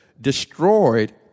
destroyed